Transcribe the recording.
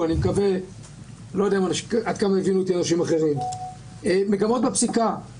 ואני שומע בחודשים האחרונים אין ספור מניפולציות בדברים האלה.